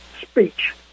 speech